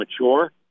mature